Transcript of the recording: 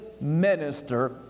minister